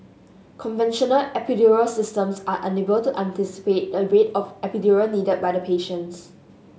conventional epidural systems are unable to anticipate the rate of epidural needed by the patients